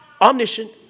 Omniscient